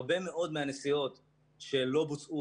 הרבה מאוד מהנסיעות שלא בוצעו,